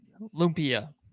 Lumpia